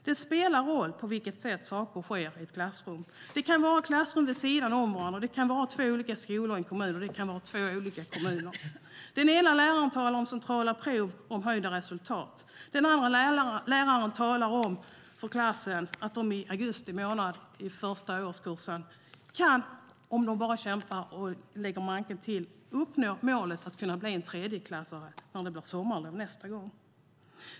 Det spelar roll på vilket sätt saker sker i ett klassrum. Det kan vara klassrum vid sidan om varandra, det kan vara två olika skolor i en kommun och det kan vara skolor i två olika kommuner. Den ena läraren talar om centrala prov och om bättre resultat. Den andra läraren talar om för eleverna i augusti i första årskursen att de kan, om de bara kämpar och lägger manken till, uppnå målet att bli tredjeklassare när det blir sommarlov nästa gång.